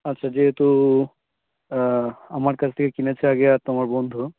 আচ্ছা যেহেতু আমার কাছ থেকে কিনেছে আগে আর তোমার বন্ধু